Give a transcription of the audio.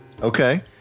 Okay